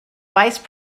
vice